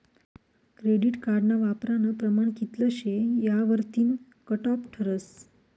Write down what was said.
credit कार्डना वापरानं प्रमाण कित्ल शे यावरतीन कटॉप ठरस